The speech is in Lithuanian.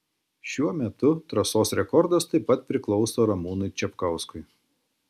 šiuo metu trasos rekordas taip pat priklauso ramūnui čapkauskui